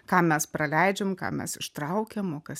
ką mes praleidžiam ką mes ištraukiam o kas